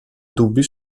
dubbi